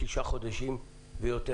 שנה ושלושה חודשים ויותר.